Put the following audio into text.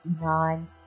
nine